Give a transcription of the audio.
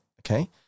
Okay